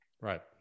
Right